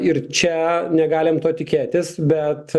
ir čia negalim to tikėtis bet